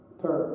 turn